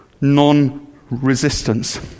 non-resistance